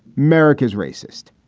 marika's racist,